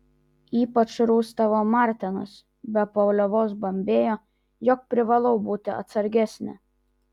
ypač rūstavo martenas be paliovos bambėjo jog privalau būti atsargesnė